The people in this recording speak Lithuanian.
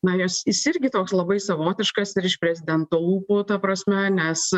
na jos jis irgi toks labai savotiškas ir iš prezidento lūpų ta prasme nes